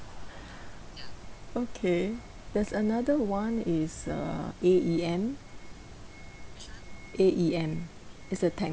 okay there's another one is uh A_E_M A_E_M it's a technology